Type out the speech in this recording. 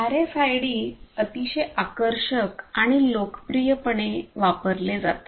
RFID अतिशय आकर्षक आणि लोकप्रिय पणे वापरले जातात